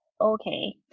okay